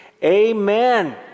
amen